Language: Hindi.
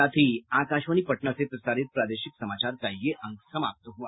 इसके साथ ही आकाशवाणी पटना से प्रसारित प्रादेशिक समाचार का ये अंक समाप्त हुआ